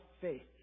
faith